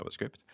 JavaScript